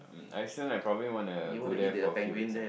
um Iceland I probably wanna go there for a few weeks ah